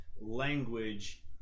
language